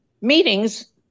meetings